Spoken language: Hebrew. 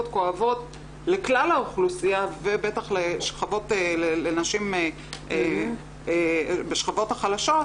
כואבות לכלל האוכלוסייה ובטח לנשים בשכבות החלשות,